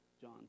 John